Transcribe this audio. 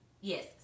Yes